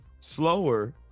slower